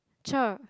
cher